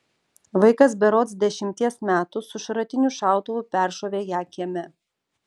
vaikas berods dešimties metų su šratiniu šautuvu peršovė ją kieme